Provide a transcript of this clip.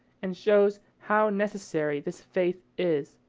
and shows how necessary this faith is,